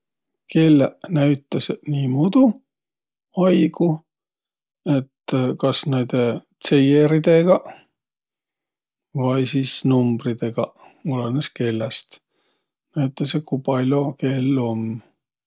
Kelläq näütäseq niimuudu aigu, et kas näide tseieridegaq vai sis numbridõgaq. Olõnõs kelläst. Näütäseq, ku pall'o kell um.